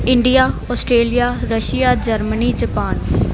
India Australia Russia Germany Japan